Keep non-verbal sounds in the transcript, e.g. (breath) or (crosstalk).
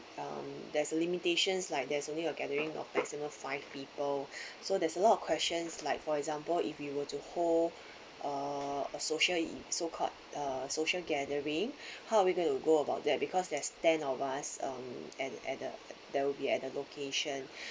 uh there's limitations like there's only a gathering of maximum five people (breath) so there's a lot of questions like for example if you were to hold uh a social in so called uh social gathering (breath) how are we going to go about that because there's ten of us um and and the that will be at the location (breath)